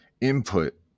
Input